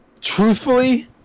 truthfully